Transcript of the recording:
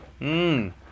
Mmm